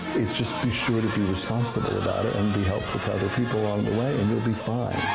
just be sure to be responsible about it and be helpful to other people on the way, and you'll be fine.